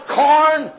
corn